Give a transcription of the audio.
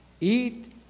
eat